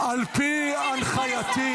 --- הוא לא היה כאן.